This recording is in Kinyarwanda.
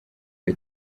the